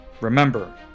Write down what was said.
Remember